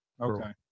Okay